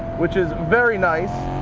which is very nice,